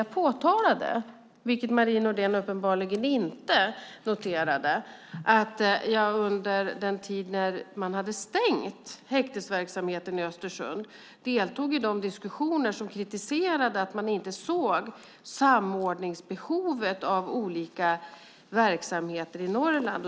Jag framhöll, vilket Marie Nordén uppenbarligen inte noterade, att jag under den tid då man hade stängt häktesverksamheten i Östersund deltog i de diskussioner som kritiserade att man inte såg samordningsbehovet för olika verksamheter i Norrland.